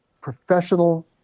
professional